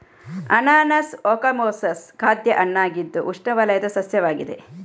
ಅನಾನಸ್ ಓಕಮೊಸಸ್ ಖಾದ್ಯ ಹಣ್ಣಾಗಿದ್ದು ಉಷ್ಣವಲಯದ ಸಸ್ಯವಾಗಿದೆ